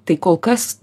tai kol kas